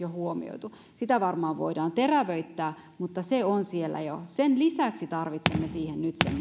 jo huomioitu sitä varmaan voidaan terävöittää mutta se on siellä jo sen lisäksi tarvitsemme siihen nyt sen